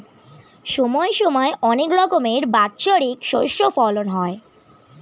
সময় সময় অনেক রকমের বাৎসরিক শস্য ফলন হয়